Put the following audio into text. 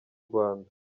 rwanda